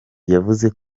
yavuze